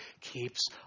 keeps